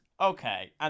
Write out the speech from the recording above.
okay